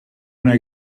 una